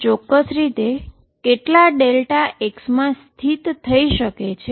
તે ચોક્કસ રીતે કેટલા Δx માં સ્થિત થઈ શકે છે